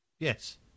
Yes